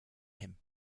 him